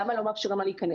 למה לא מאפשרים לה להיכנס?